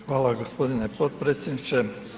Hvala gospodine potpredsjedniče.